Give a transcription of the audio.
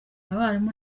abarimu